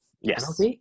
yes